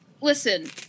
listen